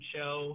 Show